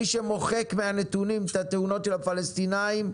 מי שמוחק מהנתונים את התאונות של הפלסטינאים,